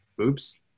Oops